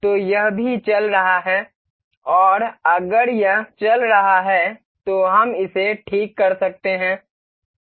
तो यह भी चल रहा है और अगर यह चल रहा है तो हम इसे ठीक कर सकते हैं